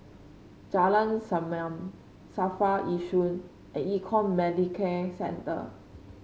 Jalan Senyum Safra Yishun and Econ Medicare Center